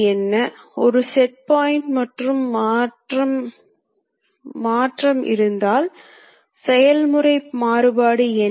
எனவே இயந்திரத்தின் அடுத்த வழிமுறை X 300 ஆக இருக்கும்